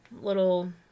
little